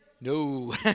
No